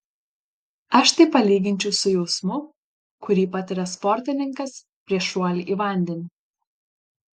aš tai palyginčiau su jausmu kurį patiria sportininkas prieš šuolį į vandenį